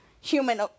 human